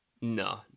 No